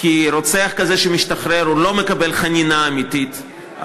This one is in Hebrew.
כי רוצח כזה שמשתחרר אינו מקבל חנינה אמיתית,